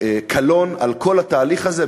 להמיט קלון על כל התהליך הזה,